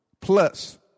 plus